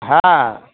हँ